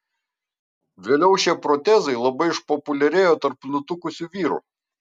vėliau šie protezai labai išpopuliarėjo tarp nutukusių vyrų